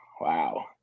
Wow